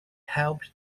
helps